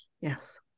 Yes